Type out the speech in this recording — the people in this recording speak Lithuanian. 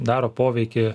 daro poveikį